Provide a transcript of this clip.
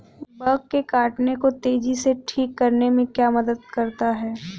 Bug के काटने को तेजी से ठीक करने में क्या मदद करता है?